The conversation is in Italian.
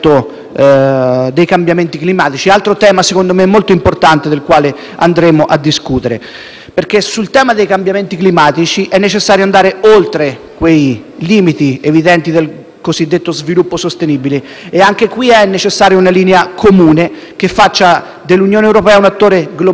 Sul tema dei cambiamenti climatici è necessario infatti andare oltre i limiti evidenti del cosiddetto sviluppo sostenibile ed anche qui è necessaria una linea comune, che faccia dell'Unione europea un attore globale nella promozione della decarbonizzazione e delle fonti rinnovabili.